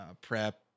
prep